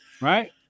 right